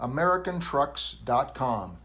AmericanTrucks.com